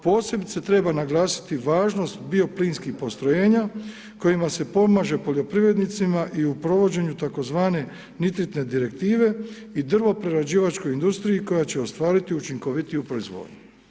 Posebice treba naglasiti važnost bioplinskih postrojenja kojima se pomaže poljoprivrednicima i u provođenju tzv. Nitratne direktive i drvoprerađivačkoj industriji koja će ostvariti učinkovitiju proizvodnju.